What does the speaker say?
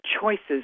choices